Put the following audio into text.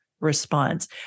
response